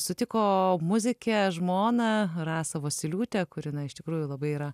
sutiko muzikę žmoną rasą vosyliūtę kuri na iš tikrųjų labai yra